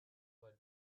than